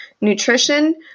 Nutrition